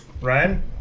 Ryan